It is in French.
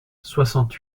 soixante